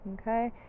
Okay